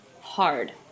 Hard